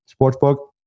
Sportsbook